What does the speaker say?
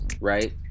right